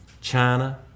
China